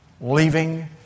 leaving